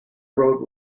wrote